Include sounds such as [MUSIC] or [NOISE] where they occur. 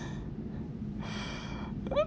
[NOISE]